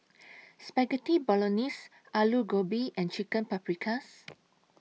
Spaghetti Bolognese Alu Gobi and Chicken Paprikas